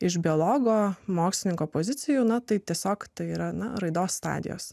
iš biologo mokslininko pozicijų na tai tiesiog tai yra na raidos stadijos